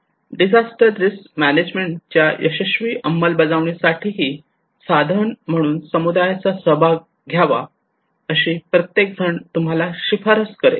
disaster risk management च्या यशस्वी अंमलबजावणीसाठी साधन म्हणून समुदायाचा सहभाग घ्यावा अशी प्रत्येकजण तुम्हाला शिफारस करेल